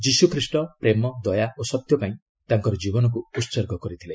ଯୀଶୁଖ୍ରୀଷ୍ଟ ପ୍ରେମ ଦୟା ଓ ସତ୍ୟ ପାଇଁ ତାଙ୍କର ଜୀବନକୁ ଉତ୍ସର୍ଗ କରିଥିଲେ